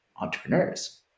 entrepreneurs